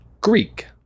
Greek